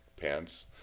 pants